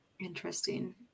interesting